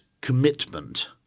commitment